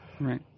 Right